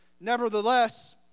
Nevertheless